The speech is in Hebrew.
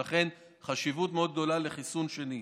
ולכן יש חשיבות מאוד גדולה לחיסון שני.